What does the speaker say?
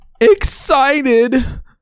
excited